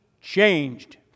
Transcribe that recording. changed